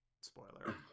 spoiler